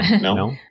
No